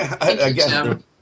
again